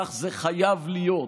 כך זה חייב להיות.